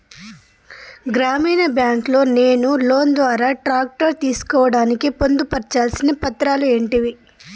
గ్రామీణ బ్యాంక్ లో నేను లోన్ ద్వారా ట్రాక్టర్ తీసుకోవడానికి పొందు పర్చాల్సిన పత్రాలు ఏంటివి?